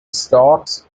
stalks